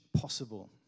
possible